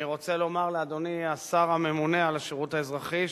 אני רוצה לומר לאדוני השר הממונה על השירות האזרחי,